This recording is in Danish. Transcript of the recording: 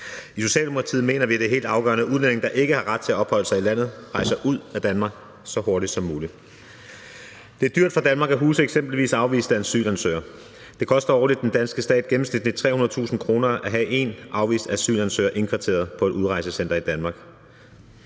I Socialdemokratiet mener vi, det er helt afgørende, at udlændinge, der ikke har ret til at opholde sig i landet, rejser ud af Danmark så hurtigt som muligt. Det er dyrt for Danmark at huse eksempelvis afviste asylansøgere. Det koster årligt den danske stat gennemsnitligt 300.000 kr. at have en afvist asylansøger indkvarteret på et udrejsecenter i Danmark.